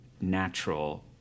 natural